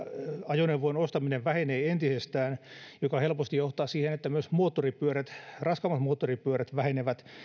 ajoneuvojen ostaminen vähenee entisestään mikä helposti johtaa siihen että myös raskaimmat moottoripyörät vähenevät